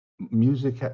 music